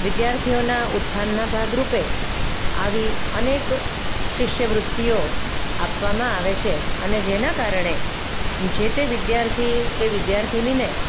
વિદ્યાર્થીઓનાં ઉત્થાનનાં ભાગરૂપે આવી અનેક શિષ્યવૃત્તિઓ આપવામાં આવે છે અને જેના કારણે જે તે વિદ્યાર્થી કે વિદ્યાર્થિનીને